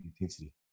intensity